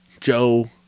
Joe